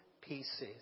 pieces